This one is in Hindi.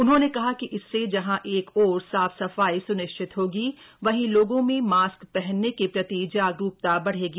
उन्होंने कहा कि इससे जहां एक ओर साफ सफाई स्निश्चित होगी वहीं लोगो मे मास्क पहनने के प्रति जागरूकता बढ़ेगी